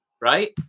right